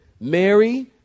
Mary